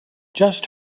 just